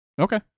Okay